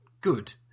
good